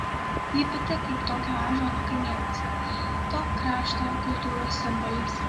ji pati kaip tokio ąžuolo kamienas to krašto kultūros simbolis